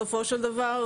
בסופו של דבר,